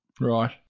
Right